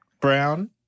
brown